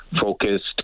focused